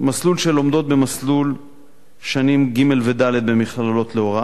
מסלול של לומדות במסלול שנים ג' וד' במכללות להוראה,